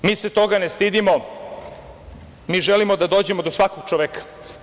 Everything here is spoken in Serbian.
Mi se toga ne stidimo, mi želimo da dođemo do svakog čoveka.